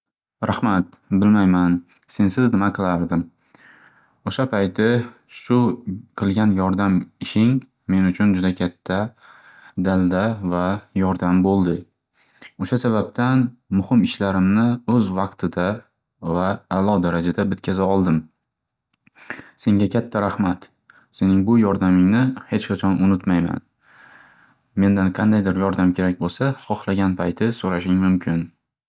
Raxmat, bilmayman men sensiz nima qilardim. O'sha vayti shu qilgan yordam ishing men uchun juda katta dalda va yordam bo'ldi. O'sha sababdan muhim ishlarimni o'z vaqtida va a'lo darajada bitkaza oldim. Senga katta raxmat, sening bu yordamingni hech qachon unutmayman. Mendan qandaydir yordam kerak bo'lsa hohlagan payti so'rashing mumkin.